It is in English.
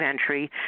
entry